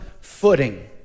footing